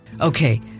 Okay